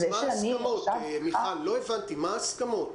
מה ההסכמות?